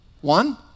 One